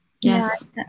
Yes